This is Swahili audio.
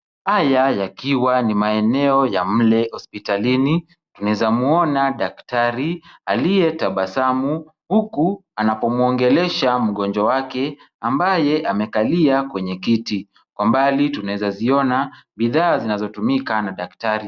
Haya yakiwa ni maeneo ya mle hospitalini, tunaeza muona daktari aliyetabasamu, huku anapomwongelesha mgonjwa wake, ambaye amekalia kwenye kiti. Kwa mbali tunaezaziona bidhaa zinazotumika na daktari.